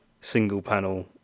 single-panel